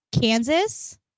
Kansas